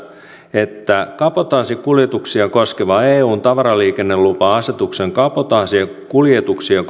että kabotaasikuljetuksia koskevan eun tavaraliikennelupa asetuksen kabotaasikuljetuksia